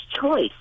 choice